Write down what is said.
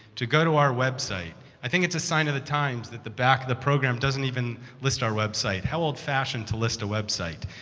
to go to our website. i think it's a sign of the times that the back the program doesn't even list our website. how old-fashioned to list a website.